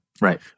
Right